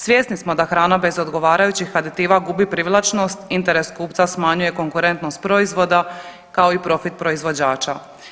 Svjesni smo da hrana bez odgovarajućih aditiva gubi privlačnost, interes kupca smanjuje konkurentnost proizvoda kao i profit proizvođača.